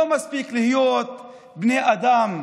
לא מספיק להיות בני אדם,